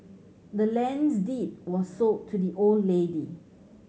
the land's deed was sold to the old lady